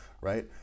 right